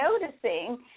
noticing